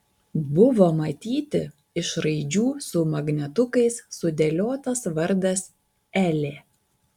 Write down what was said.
buvo matyti iš raidžių su magnetukais sudėliotas vardas elė